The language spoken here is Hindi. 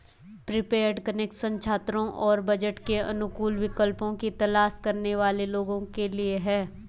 प्रीपेड कनेक्शन छात्रों और बजट के अनुकूल विकल्पों की तलाश करने वाले लोगों के लिए है